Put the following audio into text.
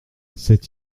c’est